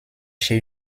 chez